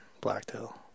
blacktail